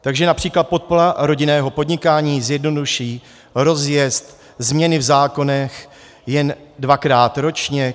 Takže například podpora rodinného podnikání zjednoduší rozjezd, změny v zákonech jen dvakrát ročně.